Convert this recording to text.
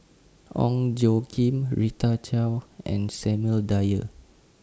Ong Tjoe Kim Rita Chao and Samuel Dyer